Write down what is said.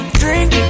drink